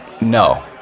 No